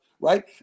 right